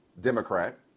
Democrat